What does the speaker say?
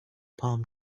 palm